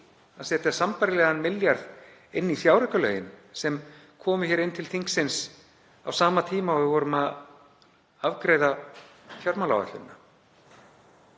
því að setja sambærilegan milljarð inn í fjáraukalögin sem komu hér til þingsins á sama tíma og við vorum að afgreiða fjármálaáætlun.